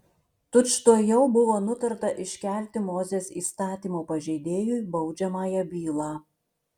tučtuojau buvo nutarta iškelti mozės įstatymo pažeidėjui baudžiamąją bylą